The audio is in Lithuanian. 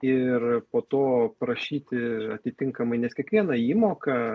ir po to prašyti atitinkamai nes kiekviena įmoka